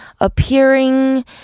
appearing